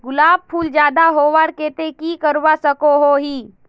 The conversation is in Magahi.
गुलाब फूल ज्यादा होबार केते की करवा सकोहो ही?